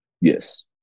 Yes